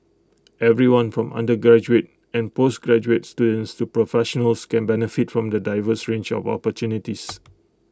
everyone from undergraduate and postgraduate students to professionals can benefit from the diverse range of opportunities